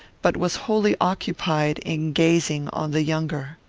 but was wholly occupied in gazing on the younger.